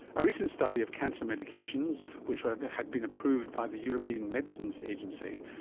a recent study of cancer medications which had had been approved by the european medicines agency,